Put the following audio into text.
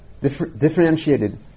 differentiated